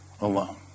alone